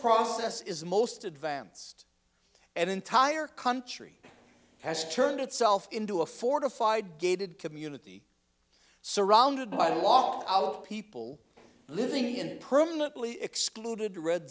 process is most advanced and entire country has turned itself into a fortified gated community surrounded by law our people living in permanently excluded red